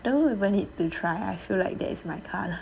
don't even need to try I feel like that is my colour